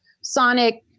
Sonic